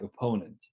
opponent